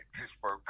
Pittsburgh